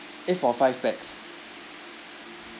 eh for five pax